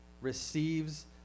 receives